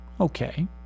Okay